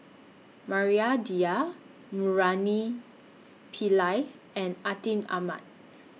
Maria Dyer Murali Pillai and Atin Amat